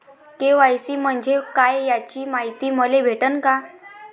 KYC म्हंजे काय याची मायती मले भेटन का?